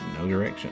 nodirection